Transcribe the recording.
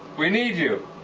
we need you.